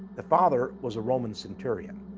the father was a roman centurion.